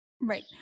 Right